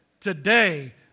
today